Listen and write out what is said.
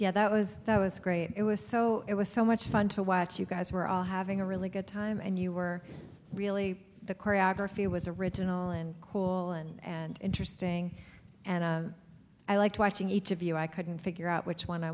yeah that was that was great it was so it was so much fun to watch you guys were all having a really good time and you were really the choreography it was original and cool and and interesting and i liked watching each of you i couldn't figure out which one i